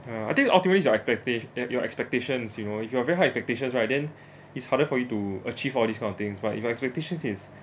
ah I think ultimately it's your expecta~ uh your expectations you know if you are very high expectations right then it's harder for you to achieve all this kind of things but if you expectations is